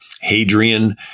Hadrian